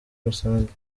rusange